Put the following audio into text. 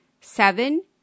seven